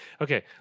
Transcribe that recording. Okay